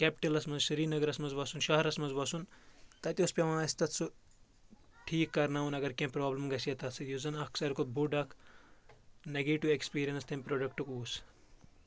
کیپِٹَلَس منٛز سری نَگرَس منٛز وَسُن شَہرَس منٛز وَسُن تَتہِ اوس پیٚوان اَسہِ تَتھ سُہ ٹھیٖک کَرناوُن اگر کینٛہہ پرٛوبلِم گژھِ ہے تَتھ سۭتۍ یُس زَن اَکھ ساروی کھۄتہٕ بوٚڑ اکھ نگیٹِو ایٚکٕسپیٖریَنس تَمہِ پرٛوڈَکٹُک اوس